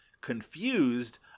confused